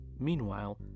Meanwhile